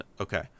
okay